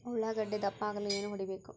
ಉಳ್ಳಾಗಡ್ಡೆ ದಪ್ಪ ಆಗಲು ಏನು ಹೊಡಿಬೇಕು?